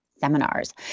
seminars